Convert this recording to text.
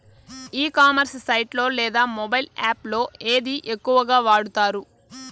ఈ commerce site లో లేదా మొబైల్ యాప్ లో ఏది ఎక్కువగా వాడుతారు?